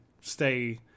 stay –